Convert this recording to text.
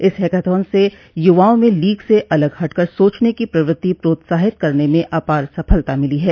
इस हैकाथॉन से युवाओं में लीक से अलग हटकर सोचने की प्रवृत्ति प्रोत्साहित करने में अपार सफलता मिली है